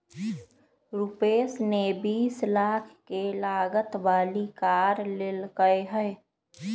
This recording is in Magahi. रूपश ने बीस लाख के लागत वाली कार लेल कय है